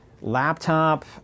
laptop